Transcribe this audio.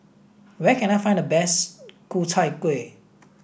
where can I find the best Ku Chai Kueh